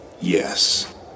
Yes